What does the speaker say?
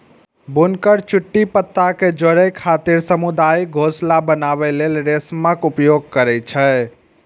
बुनकर चुट्टी पत्ता कें जोड़ै खातिर सामुदायिक घोंसला बनबै लेल रेशमक उपयोग करै छै